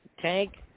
Tank